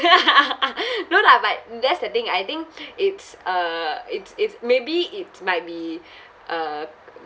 no lah but that's the thing I think it's a it's it's maybe it might be uh